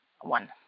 one